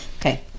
Okay